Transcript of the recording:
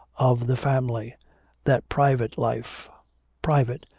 of the family that private life private,